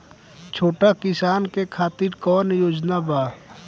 छोटा किसान के खातिर कवन योजना बा?